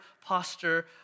posture